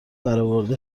برآورده